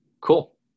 cool